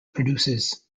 producers